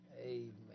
amen